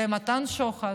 זה מתן שוחד.